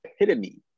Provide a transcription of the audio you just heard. epitome